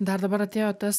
dar dabar atėjo tas